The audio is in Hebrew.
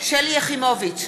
שלי יחימוביץ,